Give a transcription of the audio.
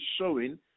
showing